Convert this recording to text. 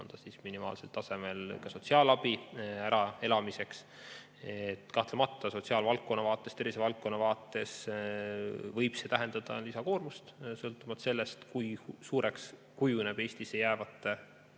või minimaalsel tasemel sotsiaalabi äraelamiseks. Kahtlemata sotsiaalvaldkonna vaates, tervisevaldkonna vaates võib see tähendada lisakoormust sõltuvalt sellest, kui suureks kujuneb ühest küljest